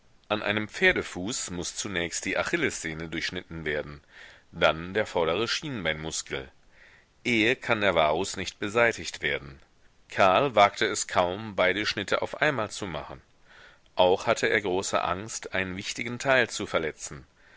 an einem pferdefuß muß zunächst die achillessehne durchschnitten werden dann die vordere schienbeinmuskel eher kann der varus nicht beseitigt werden karl wagte es kaum beide schnitte auf einmal zu machen auch hatte er große angst einen wichtigen teil zu verletzen